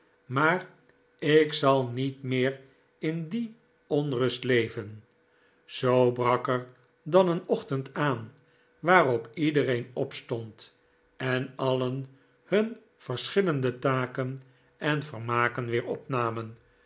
maar ik zal niet meer in die onrust leven zoo brak er dan een ochtend aan waarop iedereen opstond en alien hun verschillende taken en vermaken weer opnamen